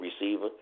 receiver